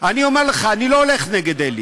אני אומר לך, אני לא הולך נגד אלי.